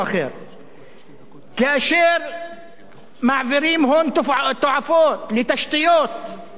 כאשר מעבירים הון תועפות לתשתיות מעבר ל"קו הירוק",